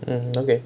um okay